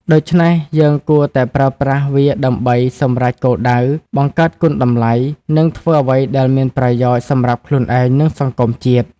ដូច្នេះយើងគួរតែប្រើប្រាស់វាដើម្បីសម្រេចគោលដៅ បង្កើតគុណតម្លៃ និងធ្វើអ្វីដែលមានប្រយោជន៍សម្រាប់ខ្លួនឯង និងសង្គមជាតិ។